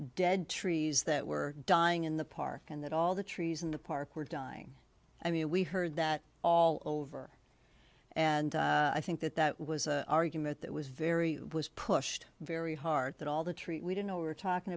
dead trees that were dying in the park and that all the trees in the park were dying i mean we heard that all over and i think that that was an argument that was very was pushed very hard that all the treat we don't know we're talking